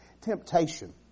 temptation